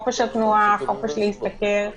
חופש התנועה, חופש להשתכר וכו'